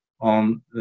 on